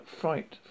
Fright